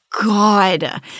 God